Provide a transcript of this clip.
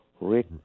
Rick